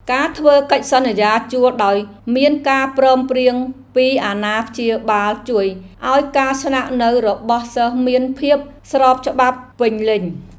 ការធ្វើកិច្ចសន្យាជួលដោយមានការព្រមព្រៀងពីអាណាព្យាបាលជួយឱ្យការស្នាក់នៅរបស់សិស្សមានភាពស្របច្បាប់ពេញលេញ។